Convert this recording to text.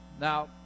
Now